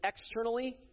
externally